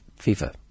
FIFA